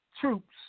troops